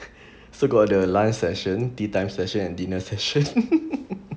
so got the lunch session teatime session and dinner session